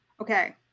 Okay